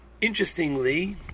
interestingly